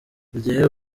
igihe